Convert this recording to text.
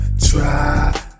Try